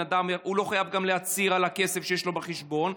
הוא לא חייב גם להצהיר על הכסף שיש לו בחשבון.